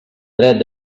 dret